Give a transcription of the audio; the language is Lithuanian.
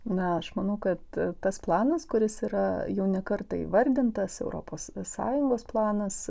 na aš manau kad tas planas kuris yra jau ne kartą įvardintas europos sąjungos planas